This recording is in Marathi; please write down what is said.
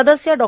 सदस्य डॉ